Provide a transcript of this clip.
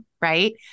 right